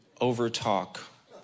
over-talk